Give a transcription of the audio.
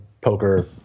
poker